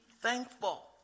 thankful